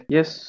Yes